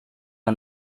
the